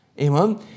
Amen